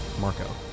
Marco